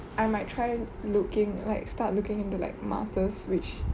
I might try looking like start looking into like masters which